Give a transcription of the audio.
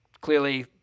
clearly